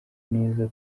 neza